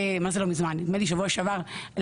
נדמה לי בשבוע שעבר,